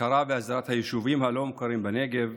הכרה בהסדרת היישובים הלא-מוכרים בנגב,